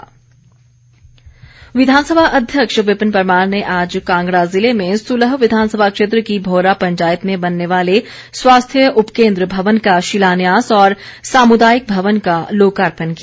विपिन परमार विधानसभा अध्यक्ष विपिन परमार ने आज कांगड़ा जिले में सुलह विधानसभा क्षेत्र की भौरा पंचायत में बनने वाले स्वास्थ्य उपकेन्द्र भवन का शिलान्यास और सामुदायिक भवन का लोकार्पण किया